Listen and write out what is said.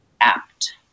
apt